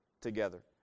together